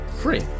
free